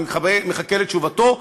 אני מחכה לתשובתו,